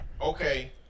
Okay